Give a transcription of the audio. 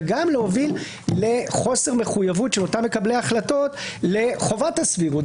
וגם להוביל לחוסר מחויבות של אותם מקבלי ההחלטות לחובת הסבירות.